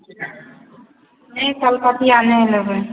नहि कलकतिआ नहि लेबै